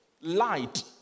light